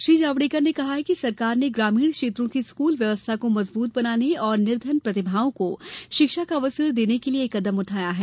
श्री जावेडकर ने कहा कि सरकार ने ग्रामीण क्षेत्रों की स्कूल व्यवस्था को मजबूत बनाने और निर्धन प्रतिभाओं को शिक्षा का अवसर देने के लिए यह कदम उठाया है